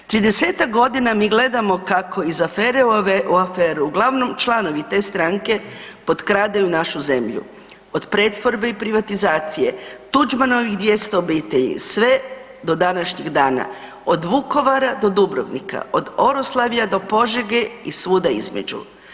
30-ak godina mi gledamo kako iz afere u aferu uglavnom članovi te stranke potkradaju našu zemlju, od pretvorbe i privatizacije, Tuđmanovih 200 obitelji, sve do današnjeg dana, od Vukovara do Dubrovnika, od Oroslavja do Požege i svuda između.